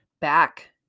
back